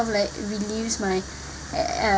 like relieves my uh